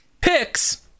picks